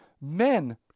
men